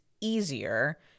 easier